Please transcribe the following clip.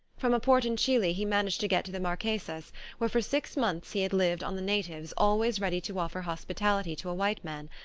from a port in chili he managed to get to the marquesas where for six months he had lived on the natives always ready to offer hospitality to a white man,